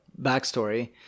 backstory